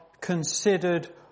considered